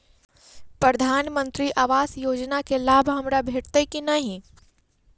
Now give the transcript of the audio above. प्रधानमंत्री आवास योजना केँ लाभ हमरा भेटतय की नहि?